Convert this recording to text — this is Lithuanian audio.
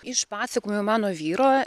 išpasakojo mano vyro